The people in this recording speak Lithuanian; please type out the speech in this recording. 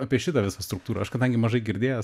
apie šitą visą struktūrą aš kadangi mažai girdėjęs